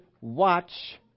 watch